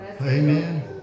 Amen